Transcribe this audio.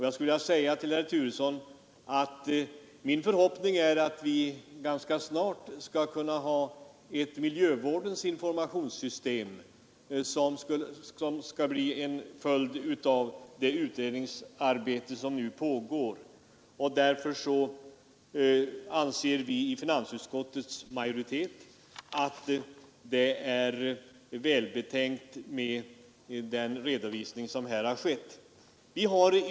Jag vill säga till herr Turesson att min förhoppning är att vi bl.a. skall kunna få ett miljövårdens informationssystem som en följd av det utredningsarbete som nu pågår. Därför anser vi i finansutskottets majoritet att det är välbetänkt med den anskaffning som har skett.